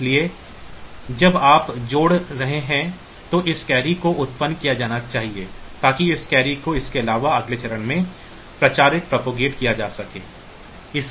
इसलिए जब आप जोड़ रहे हैं तो इस कैरी को उत्पन्न किया जाना चाहिए ताकि इस कैरी को इसके अलावा अगले चरण में प्रचारित किया जा सके